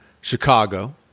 Chicago